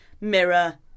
Mirror